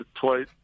twice